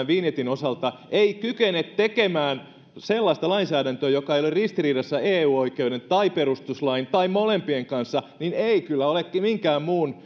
vinjetin osalta ei kykene tekemään sellaista lainsäädäntöä joka ei ole ristiriidassa eu oikeuden tai perustuslain tai molempien kanssa ei kyllä ole minkään muun